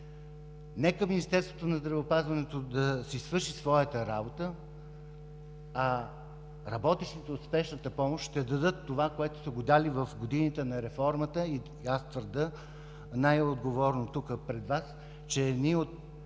Нека Министерството на здравеопазването да свърши своята работа, а работещите от Спешната помощ ще дадат това, което са дали в годините на реформата, и аз твърдя най-отговорно тук пред Вас, че едни от